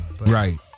Right